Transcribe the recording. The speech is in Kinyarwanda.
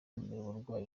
uburwayi